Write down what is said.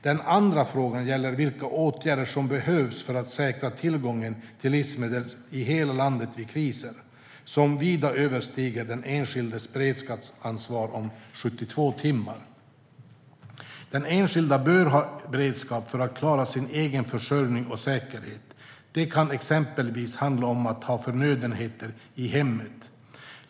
Den andra frågan gäller vilka åtgärder som behövs för att säkra tillgången till livsmedel i hela landet vid kriser som vida överstiger den enskildes beredskapsansvar om 72 timmar. Den enskilde bör ha beredskap för att klara sin egen försörjning och säkerhet. Det kan exempelvis handla om att ha förnödenheter i hemmet.